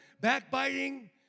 backbiting